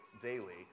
daily